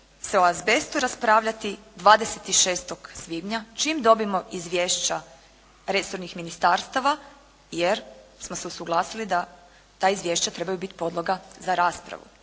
se o azbestu raspravljati 26. svibnja čim dobijemo izvješća resornih ministarstava, jer smo su usuglasili da ta izvješća trebaju biti podloga za raspravu